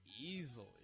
easily